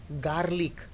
Garlic